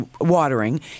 watering